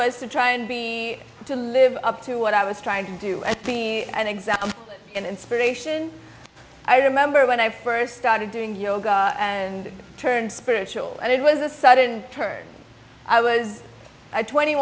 was to try and be to live up to what i was trying to do and be an example and inspiration i remember when i first started doing yoga and turned spiritual and it was a sudden turn i was twenty